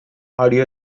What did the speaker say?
audio